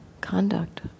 conduct